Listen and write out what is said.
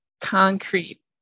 concrete